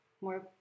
more